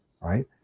right